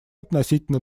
относительно